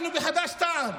אנחנו בחד"ש-תע"ל